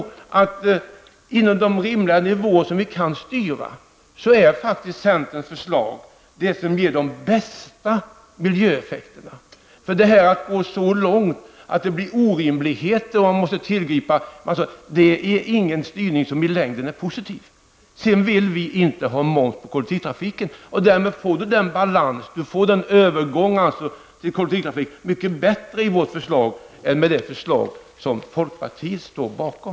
Inom de rimliga nivåer som vi kan styra är centerns förslag det som ger de bästa miljöeffekterna. Att gå så långt att det blir orimligheter och att man måste tillgripa åtgärder är ingen styrning som i längden är positiv. Sedan vill centerpartiet inte ha moms på kollektivtrafiken. Därmed får man en balans, en övergång till kollektivtrafiken, som blir mycket bättre med vårt förslag än med det förslag som folkpartiet står bakom.